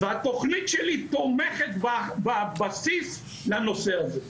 והתכנית שלי תומכת בבסיס לנושא הזה.